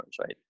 right